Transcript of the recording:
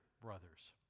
brothers